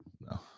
No